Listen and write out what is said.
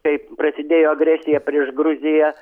kai prasidėjo agresija prieš gruziją